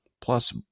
Plus